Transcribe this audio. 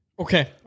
Okay